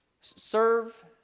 serve